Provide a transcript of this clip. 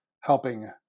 helping